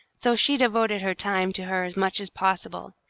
so she devoted her time to her as much as possible,